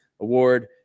award